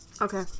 Okay